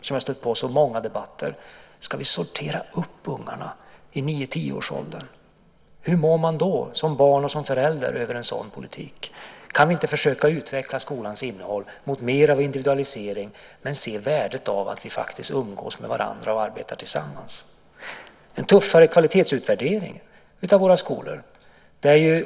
I många debatter har jag stött på frågan: Ska man sortera upp ungarna i nio-tioårsåldern? Hur mår då barn och föräldrar inför en sådan politik? Kan vi inte försöka att utveckla skolans innehåll mot mer av individualisering och samtidigt se värdet av att vi umgås med varandra och arbetar tillsammans? Det borde ske en tuffare kvalitetsutvärdering av skolorna.